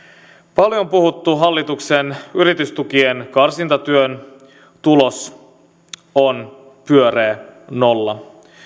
paljon puhuttu hallituksen yritystukien karsintatyön tulos on pyöreä nolla